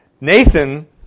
Nathan